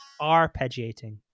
Arpeggiating